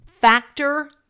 Factor